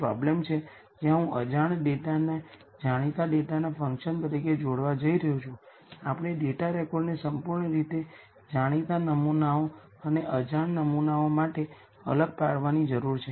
આ હકીકત એ પણ છે કે આ Aᵀ A અને Aᵀ સિમેટ્રિક મેટ્રિસ છે બાંયધરી આપે છે કે આ ફોર્મના મેટ્રિસીસ માટે પણ n linearly independent eigen vector હશે